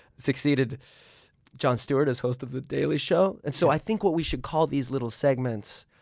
succeeded jon stewart as host of the daily show. and so i think what we should call these little segments,